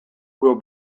will